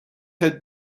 had